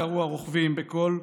קראו הרוכבים בקול,